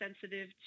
sensitive